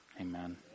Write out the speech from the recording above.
Amen